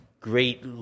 great